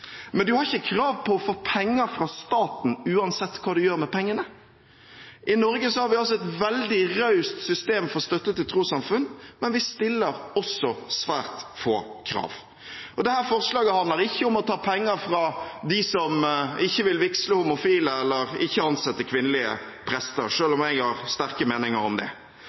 Men en har ikke krav på å få penger fra staten, uansett hva en gjør med pengene. I Norge har vi et veldig raust system for støtte til trossamfunn, men vi stiller svært få krav. Dette forslaget handler ikke om å ta penger fra dem som ikke vil vigsle homofile eller ikke ansette kvinnelige prester – selv om jeg har sterke meninger om det.